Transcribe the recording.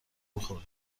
میخورد